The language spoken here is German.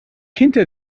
hinter